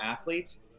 athletes